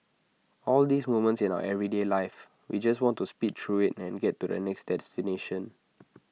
all these moments in our everyday life we just want to speed through IT and get to the next destination